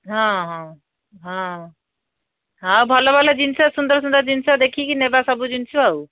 ହଁ ହଁ ହଁ ହଁ ଭଲ ଭଲ ଜିନିଷ ସୁନ୍ଦର ସୁନ୍ଦର ଜିନିଷ ଦେଖିକି ନେବା ସବୁ ଜିନିଷ ଆଉ